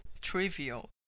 trivial